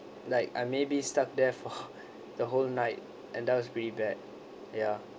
like I maybe stuck there for the whole night and that was pretty bad ya